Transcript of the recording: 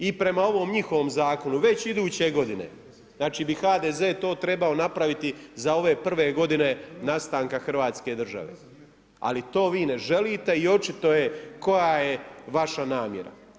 I prema ovom njihovom zakonu već iduće godine HDZ bi to trebao napraviti za ove prve godine nastanka Hrvatske države, ali to vi ne želite i očito je koja je vaša namjera.